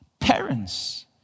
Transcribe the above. Parents